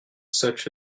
such